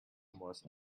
was